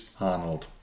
Arnold